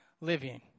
living